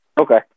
Okay